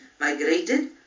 migrated